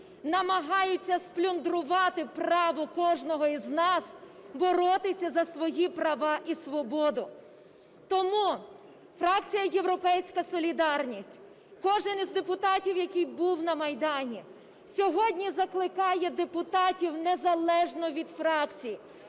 намагаються сплюндрувати право кожного із нас боротися за свої права і свободу. Тому фракція "Європейська солідарність", кожен із депутатів, який був на Майдані, сьогодні закликає депутатів незалежно від фракцій,